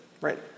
right